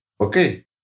Okay